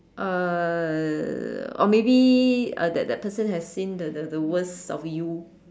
uh or maybe uh that that person has seen the the the worst of you